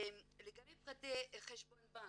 לגבי פרטי חשבון בנק,